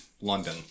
London